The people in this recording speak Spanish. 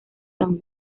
san